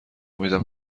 میدم